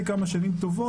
אבל לפני כמה שנים טובות,